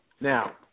Now